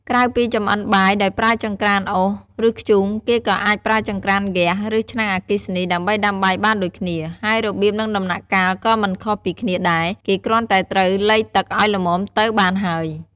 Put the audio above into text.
ក្រៅពីចម្អិនបាយដោយប្រើចង្រ្កានអុស ឬ ធ្យូង គេក៏អាចប្រើចង្រ្កានហ្គាស ឬ ឆ្នាំងអគ្គីសនី ដើម្បីដាំបាយបានដូចគ្នា ហើយរបៀប និងដំណាក់កាលក៏មិនខុសពីគ្នាដែរ គេគ្រាន់តែត្រូវលៃទឹកឱ្យល្មមទៅបានហើយ។